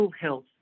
health